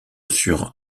sur